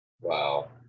Wow